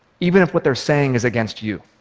even if what they're saying is against you?